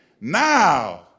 now